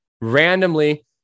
randomly